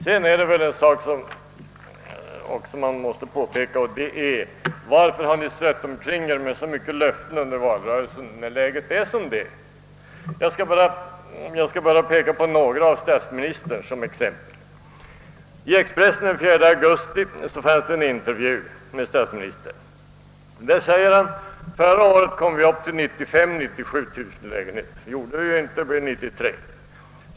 Man måste väl också ställa frågan: Varför har ni strött omkring er så många löften i valrörelsen när läget är som det är? Jag skall bara peka på några av statsministerns som exempel. I Expressen fanns den 4 augusti en intervju med statsministern, i vilken han hävdade att vi förra året kom upp i 95 000—97 000 lägenheter. Det gjorde vi inte; det blev 93 000.